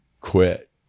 quit